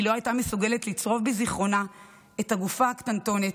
לא הייתה מסוגלת לצרוב בזיכרונה את הגופה הקטנטונת,